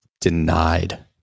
denied